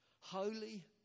Holy